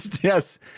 Yes